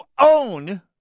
own